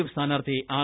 F സ്ഥാനാർത്ഥി R